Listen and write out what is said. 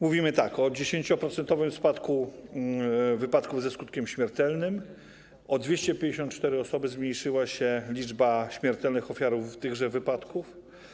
Mówimy o 10-procentowym spadku wypadków ze skutkiem śmiertelnym, o 254 osoby zmniejszyła się liczba śmiertelnych ofiar tychże wypadków.